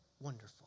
wonderful